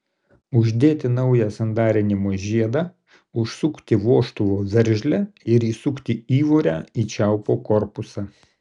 uždėti naują sandarinimo žiedą užsukti vožtuvo veržlę ir įsukti įvorę į čiaupo korpusą